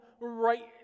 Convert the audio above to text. right